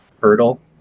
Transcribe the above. hurdle